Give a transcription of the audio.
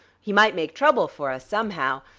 he might make trouble for us, somehow.